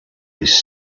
his